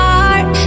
heart